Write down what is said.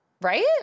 right